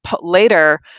later